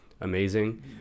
amazing